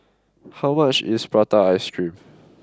how much is Prata Ice Cream